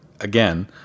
again